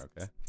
Okay